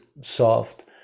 soft